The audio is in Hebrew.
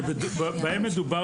שבהם מדובר